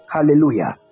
Hallelujah